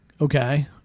okay